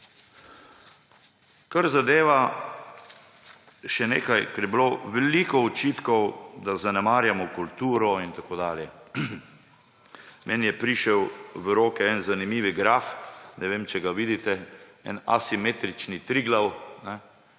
problem. Še nekaj, ker je bilo veliko očitkov, da zanemarjamo kulturo in tako dalje. Meni je prišel v roke en zanimiv graf, ne vem, če ga vidite, en asimetrični Triglav,